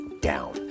down